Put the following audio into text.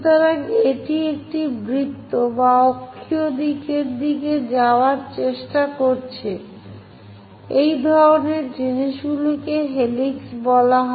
সুতরাং এটি একটি বৃত্ত যা অক্ষীয় দিকের দিকে যাওয়ার চেষ্টা করছে এই ধরনের জিনিসগুলিকে হেলিক্স বলা হয়